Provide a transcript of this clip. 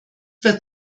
wird